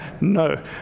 no